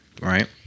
Right